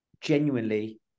genuinely